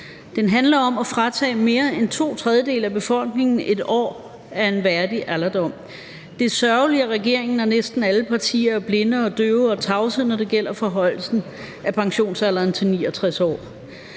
Den handler om at fratage mere end to tredjedele af befolkningen 1 år af en værdig alderdom. Det er sørgeligt, at regeringen og næsten alle partier er blinde og døve og tavse, når det gælder forhøjelsen af pensionsalderen til 69 år.